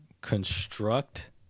Construct